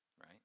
right